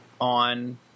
on